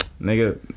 Nigga